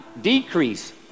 decrease